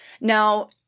Now